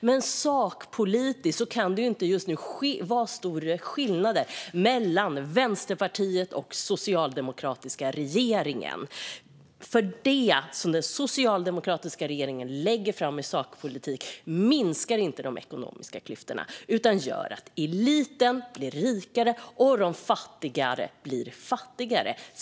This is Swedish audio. Men sakpolitiskt kunde det inte just nu vara större skillnader mellan Vänsterpartiet och den socialdemokratiska regeringen. Det som den socialdemokratiska regeringen lägger fram i sakpolitik minskar inte de ekonomiska klyftorna, utan det gör att eliten blir rikare och de fattiga blir fattigare.